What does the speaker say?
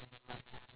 okay